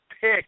pick